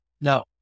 No